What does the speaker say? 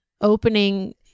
opening